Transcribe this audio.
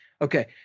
okay